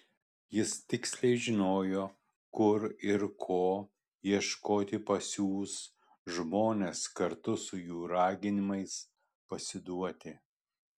jis tiksliai žinojo kur ir ko ieškoti pasiųs žmones kartu su jų raginimais pasiduoti